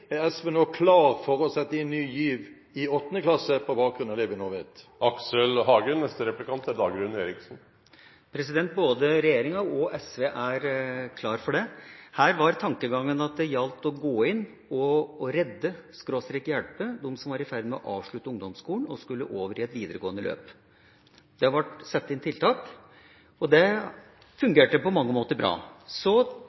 Er SV nå klar for å sette inn Ny GIV i 8. klasse på bakgrunn av det vi nå vet? Både regjeringa og SV er klar for det. Her var tankegangen at det gjaldt å gå inn og redde/hjelpe dem som var i ferd med å avslutte ungdomsskolen og skulle over i et videregående løp. Det ble satt inn tiltak, og det